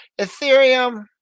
Ethereum